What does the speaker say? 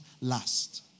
last